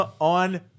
on